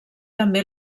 també